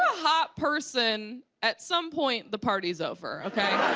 ah hot person, at some point the party's over, okay.